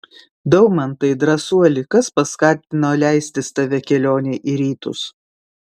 daumantai drąsuoli kas paskatino leistis tave kelionei į rytus